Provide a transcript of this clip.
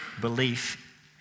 belief